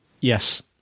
Yes